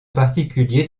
particulier